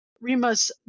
Rima's